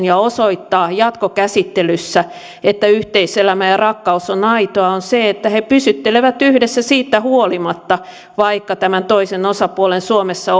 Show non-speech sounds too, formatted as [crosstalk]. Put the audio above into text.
[unintelligible] ja osoittaa jatkokäsittelyssä että yhteiselämä ja rakkaus on aitoa on se että he pysyttelevät yhdessä siitä huolimatta että tämän toisen osapuolen suomessa [unintelligible]